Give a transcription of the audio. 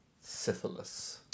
Syphilis